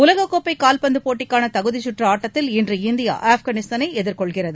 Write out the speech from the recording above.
உலகக்கோப்பை கால்பந்து போட்டிக்கான தகுதிச்சுற்று ஆட்டத்தில் இன்று இந்தியா ஆப்கானிஸ்தானை எதிர்கொள்கிறது